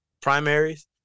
primaries